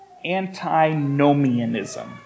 Anti-nomianism